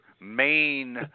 main